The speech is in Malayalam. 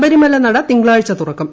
ശബരിമല നട തിങ്കളാഴ്ച തുറക്കും